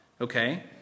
okay